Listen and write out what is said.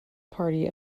party